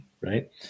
right